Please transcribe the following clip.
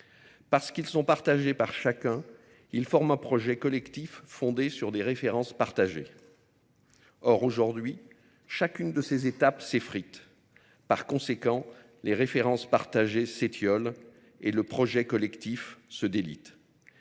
Parce qu'ils sont partagés par chacun, ils forment un projet collectif fondé sur des références partagées. Or aujourd'hui, chacune de ces étapes s'effrite. Par conséquent, les références partagées s'étiolent et le projet collectif se délite.